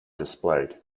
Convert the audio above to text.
displayed